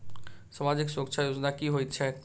सामाजिक सुरक्षा योजना की होइत छैक?